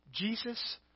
Jesus